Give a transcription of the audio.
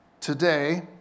Today